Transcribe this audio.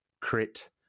crit